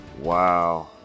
Wow